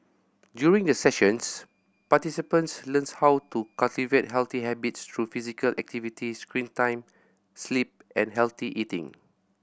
during the sessions participants learns how to cultivate healthy habits through physical activity screen time sleep and healthy eating